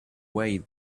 way